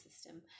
system